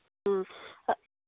ꯎꯝ